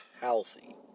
healthy